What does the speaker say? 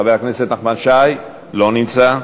חבר הכנסת נחמן שי, אינו נמצא.